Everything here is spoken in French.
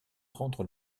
rendre